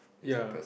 ya